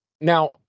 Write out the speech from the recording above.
now